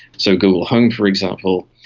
so google home, for example,